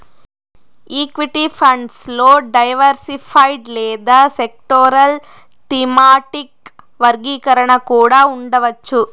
equity funds లో diversified లేదా sectoral, thematic వర్గీకరణ కూడా ఉండవచ్చు